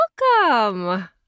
Welcome